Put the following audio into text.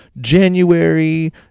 January